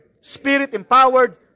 spirit-empowered